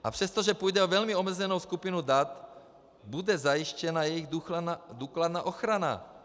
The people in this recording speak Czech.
A přestože půjde o velmi omezenou skupinu dat, bude zajištěna jejich důkladná ochrana.